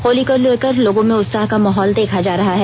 होली को लेकर लोगों में उत्साह का माहौल देखा जा रहा है